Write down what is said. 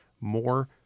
more